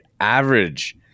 average